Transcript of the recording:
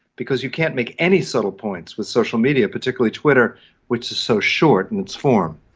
because you can't make any subtle points with social media, particularly twitter which is so short in its form.